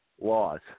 Laws